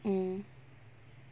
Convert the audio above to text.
mm